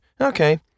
Okay